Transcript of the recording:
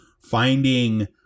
finding